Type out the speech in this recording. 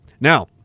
Now